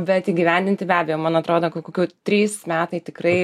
bet įgyvendinti be abejo man atrodo kokių trys metai tikrai